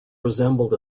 resembled